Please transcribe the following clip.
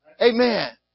Amen